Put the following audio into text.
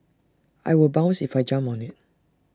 I will bounce if I jump on IT